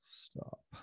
stop